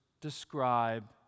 describe